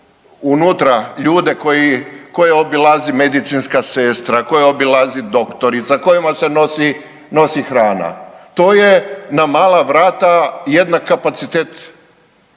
unutra ljude koje obilazi medicinska sestra, koje obilazi doktorica, kojima se nosi, nosi hrana. To je na mala vrata jednak kapacitet